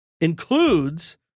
includes